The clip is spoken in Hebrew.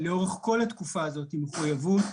לאורך כל התקופה הזאת מחויבות